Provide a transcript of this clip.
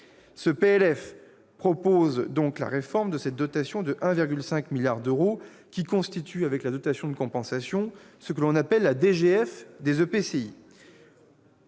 Ce PLF prévoit donc la réforme de cette dotation de 1,5 milliard d'euros, qui constitue avec la dotation de compensation ce que l'on appelle la « DGF des EPCI